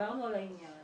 דיברנו על העניין